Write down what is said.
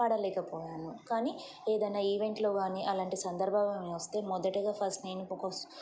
పడలేకపోయాను కానీ ఏదైనా ఈవెంట్లో కాని అలాంటి సందర్భం వస్తే మొదటిగా ఫస్ట్ నేనుప్పుకో